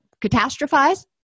catastrophize